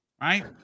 Right